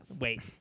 Wait